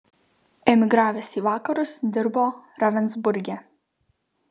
emigravęs į vakarus dirbo ravensburge